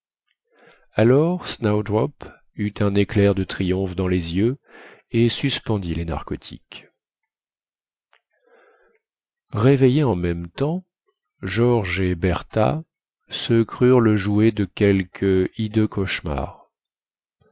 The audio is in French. alors snowdrop eut un éclair de triomphe dans les yeux et suspendit les narcotiques réveillés en même temps georges et bertha se crurent le jouet de quelque hideux cauchemar